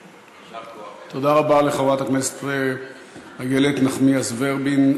תודה רבה לחברת הכנסת איילת נחמיאס ורבין.